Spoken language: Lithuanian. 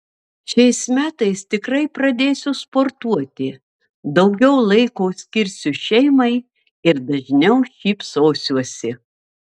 šiais metais tikrai pradėsiu sportuoti daugiau laiko skirsiu šeimai ir dažniau šypsosiuosi